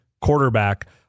quarterback